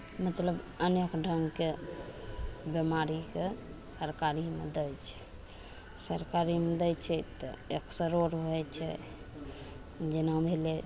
मतलब अनेक ढङ्गके बेमारीके सरकारीमे दै छै सरकारीमे दै छै तऽ एक्सरे अरू हइ छै जेना भेलय